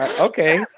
Okay